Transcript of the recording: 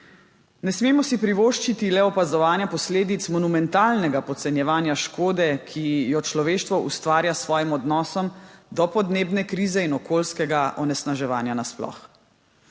Ne smemo si privoščiti le opazovanja posledic monumentalnega podcenjevanja škode, ki jo človeštvo ustvarja s svojim odnosom do podnebne krize in okoljskega onesnaževanja nasploh.